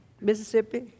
Mississippi